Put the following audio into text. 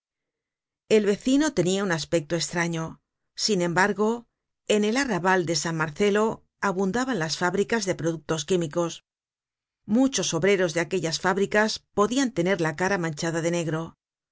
el vecino tenia un aspecto estraño sin embargo en el arrabal de san marcelo abundaban las fábricas de productos químicos muchos obreros de aquellas fábricas podian tener la cara manchada de negro